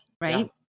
right